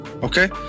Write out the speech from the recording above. Okay